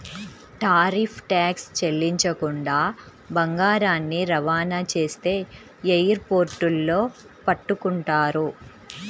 tariff tax చెల్లించకుండా బంగారాన్ని రవాణా చేస్తే ఎయిర్ పోర్టుల్లో పట్టుకుంటారు